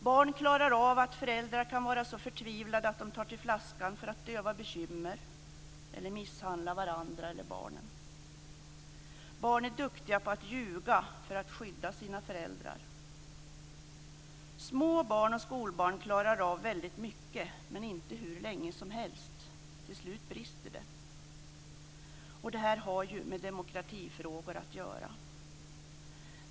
Barn klarar av att föräldrar kan vara så förtvivlade att de tar till flaskan för att döva bekymren eller minska misshandlar varandra eller barnen. Barn är duktiga på att ljuga för att skydda sina föräldrar. Små barn och skolbarn klarar av väldigt mycket men inte hur länge som helst. Till slut brister det. Det här har med demokrati att göra.